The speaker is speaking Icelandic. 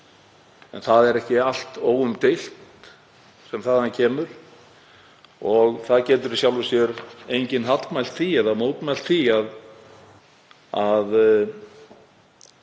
en það er ekki allt óumdeilt sem þaðan kemur og það getur í sjálfu sér enginn hallmælt því eða mótmælt því að